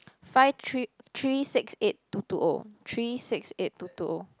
five three three six eight two two O three six eight two two O